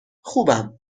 خوبم